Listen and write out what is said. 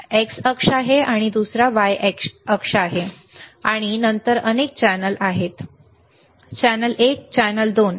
एक X अक्ष आहे एक Y अक्ष आहे आणि नंतर अनेक चॅनेल आहेत चॅनेल एक चॅनेल 2